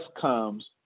comes